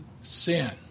sin